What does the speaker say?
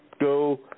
go